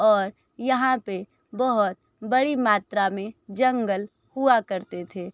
और यहाँ पे बहुत बड़ी मात्रा में जंगल हुआ करते थे